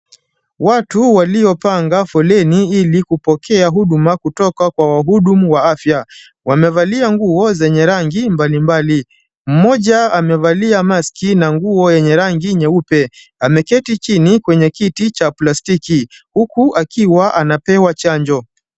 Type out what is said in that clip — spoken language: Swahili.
Watu waliopanga foleni ili kupokea huduma kutoka kwa wahudumu wa afya. Wamevalia nguo zenye rangi mbalimbali. Mmoja amevalia maski na nguo yenye rangi nyeupe. Ameketi chini kwenye kiti cha plastiki huku akiwa anapewa chanjo.